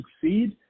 succeed